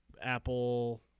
Apple